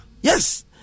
Yes